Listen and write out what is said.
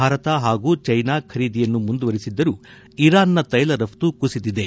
ಭಾರತ ಹಾಗೂ ಚ್ಯೆನಾ ಖರೀದಿಯನ್ನು ಮುಂದುವರೆಸಿದ್ದರೂ ಇರಾನ್ನ ತೈಲ ರಫ್ತು ಕುಸಿದಿದೆ